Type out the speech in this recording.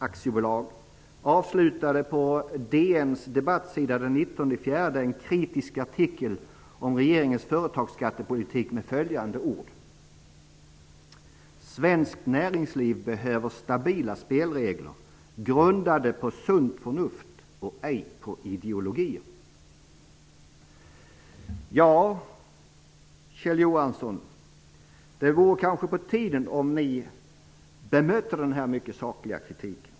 AB avslutade på DN:s debattsida den 19 april en kritisk artikel om regeringens företagsskattepolitik med följande ord: Svenskt näringsliv behöver stabila spelregler grundade på sunt förnuft och ej på ideologier. Ja, Kjell Johansson, det vore kanske på tiden att ni bemötte denna mycket sakliga kritik.